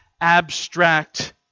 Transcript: abstract